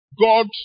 God